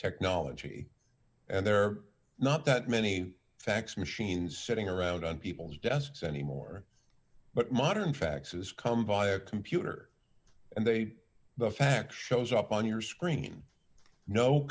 technology and they're not that many fax machines sitting around on people's desks anymore but modern faxes come by a computer and they the fax shows up on your screen no